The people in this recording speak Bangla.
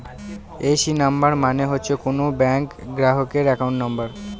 এ.সি নাম্বার মানে হচ্ছে কোনো ব্যাঙ্ক গ্রাহকের একাউন্ট নাম্বার